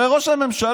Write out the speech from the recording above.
הרי ראש הממשלה